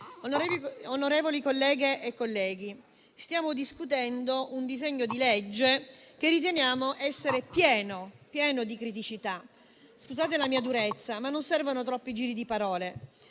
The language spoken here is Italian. Onorevoli colleghe e colleghi, stiamo discutendo un disegno di legge che riteniamo essere pieno di criticità; scusate la mia durezza, ma non servono troppi giri di parole.